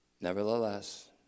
Nevertheless